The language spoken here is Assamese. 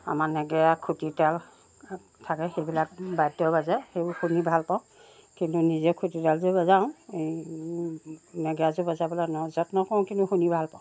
আমাৰ নেগেৰা খুঁটিতাল থাকে সেইবিলাক বাদ্য বাজে সেইবোৰ শুনি ভাল পাওঁ কিন্তু নিজে খুঁটিতালযোৰ বজাওঁ এই নেগেৰাযোৰ বজাবলৈ যত্ন কৰোঁ কিন্তু শুনি ভাল পাওঁ